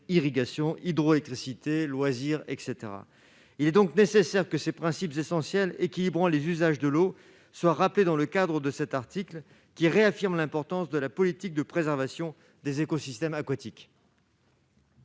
irrigation hydroélectricité loisirs etc, il est donc nécessaire que ces principes essentiels équilibrant les usages de l'eau soit rappelés dans le cadre de cet article qui réaffirme l'importance de la politique de préservation des écosystèmes aquatiques.